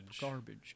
garbage